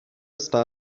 star